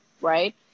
Right